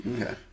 Okay